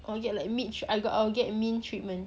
you get like me~ I got I will get mean treatment